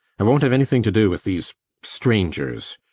i won't have anything to do with these strangers.